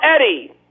Eddie